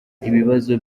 ibibazo